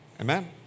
Amen